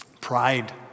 Pride